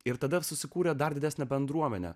ir tada susikūrė dar didesnę bendruomenę